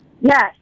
Yes